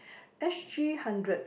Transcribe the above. s_g hundred